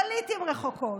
לא לעיתים רחוקות,